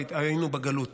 היינו בגלות,